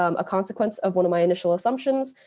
um a consequence of one of my initial assumptions,